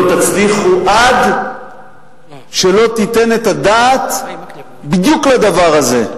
תצליחו עד שלא תיתן את הדעת בדיוק לדבר הזה,